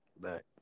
back